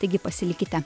taigi pasilikite